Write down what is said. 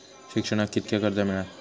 शिक्षणाक कीतक्या कर्ज मिलात?